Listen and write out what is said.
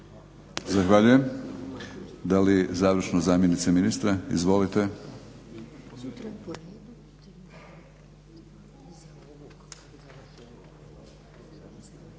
Zahvaljujem. Da li završno zamjenica ministra? Izvolite.